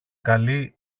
καλή